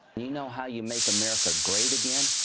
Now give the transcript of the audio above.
you know how you make america great again?